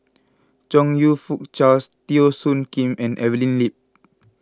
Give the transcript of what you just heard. Chong You Fook Charles Teo Soon Kim and Evelyn Lip